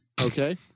Okay